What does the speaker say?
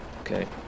Okay